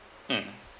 mm